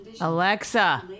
Alexa